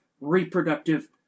reproductive